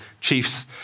chiefs